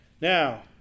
Now